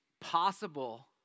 possible